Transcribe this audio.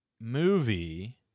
movie